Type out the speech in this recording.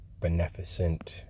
beneficent